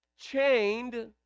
chained